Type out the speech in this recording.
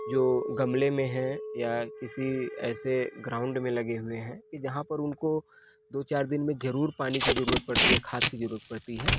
जो गमले में है या किसी ऐसे ग्राउंड में लगे हुए हैं कि जहां पर उनको दो चार दिन में जरूर पानी की जरूरत पड़ती है खाद की जरूरत पड़ती है